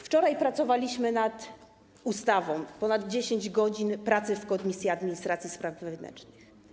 Wczoraj pracowaliśmy nad ustawą - ponad 10 godzin pracy w Komisji Administracji i Spraw Wewnętrznych.